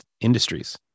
industries